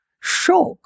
shock